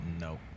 no